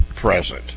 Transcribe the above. present